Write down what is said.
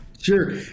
sure